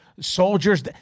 soldiers